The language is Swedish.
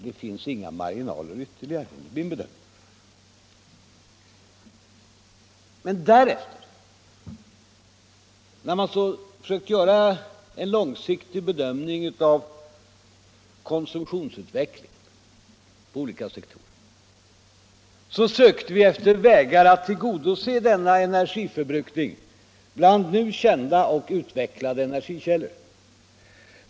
Det finns inga ytterligare marginaler enligt min uppfattning. Sedan vi alltså gjort en långsiktig bedömning av konsumtionsutvecklingen på olika sektorer sökte vi efter vägar att tillgodose denna energiförbrukning bland nu kända och utvecklade energikällor.